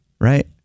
right